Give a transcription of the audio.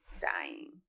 dying